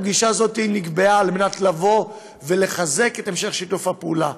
הפגישה הזאת נקבעה על מנת לחזק את המשך שיתוף הפעולה.